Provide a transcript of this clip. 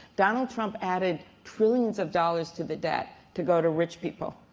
donald trump added trillions of dollars to the debt to go to rich people.